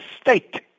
state